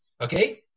Okay